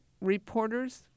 reporters